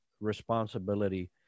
responsibility